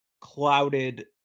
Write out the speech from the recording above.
clouded